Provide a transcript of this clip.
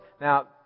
Now